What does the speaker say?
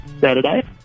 Saturday